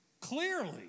clearly